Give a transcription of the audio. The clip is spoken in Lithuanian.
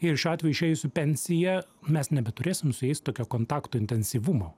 ir šiuo atveju išėjus į pensiją mes nebeturėsim su jais tokio kontakto intensyvumo